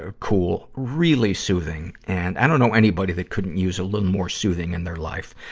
ah cool. really soothing. and, i don't know anybody that couldn't use a little more soothing in their life.